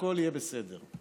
שהכול יהיה בסדר /